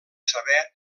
saber